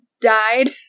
died